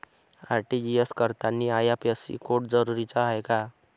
RTGS करतांनी IFSC code जरुरीचा हाय का?